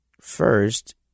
first